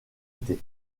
été